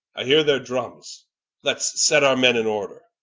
i heare their drummes let's set our men in order,